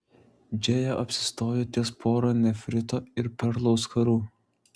džėja apsistojo ties pora nefrito ir perlų auskarų